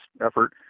effort